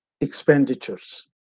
expenditures